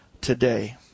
today